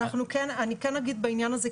אני כן אגיד בעניין הזה,